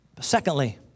Secondly